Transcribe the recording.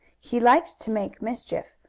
he liked to make mischief,